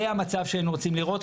זה המצב שהיינו רוצים לראות.